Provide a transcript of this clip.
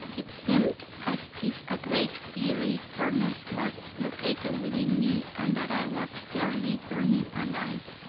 it seemed as if a great fiery furnace was located within me and that i was fairly burning alive.